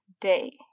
day